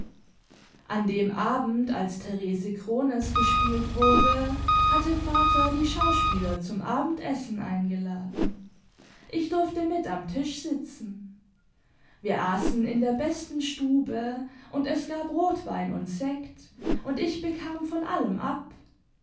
an dem abend als therese krones gespielt wurde hatte vater die schauspieler zum abendessen eingeladen ich durfte mit am tisch sitzen wir aßen in der besten stube und es gab rotwein und sekt und ich bekam von allem ab